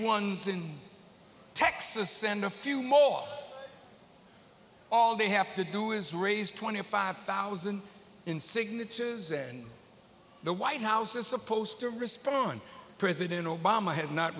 ones in texas and a few more all they have to do is raise twenty five thousand in signatures and the white house is supposed to respond president obama has not